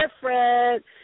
different